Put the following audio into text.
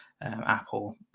Apple